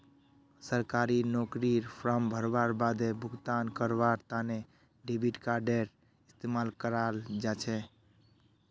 सरकारी नौकरीर फॉर्म भरवार बादे भुगतान करवार तने डेबिट कार्डडेर इस्तेमाल कियाल जा छ